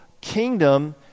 kingdom